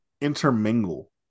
intermingle